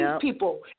people